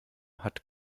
hat